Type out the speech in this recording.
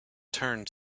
turned